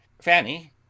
fanny